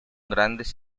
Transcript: grandes